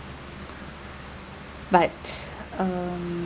but um